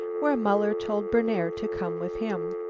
where muller told berner to come with him.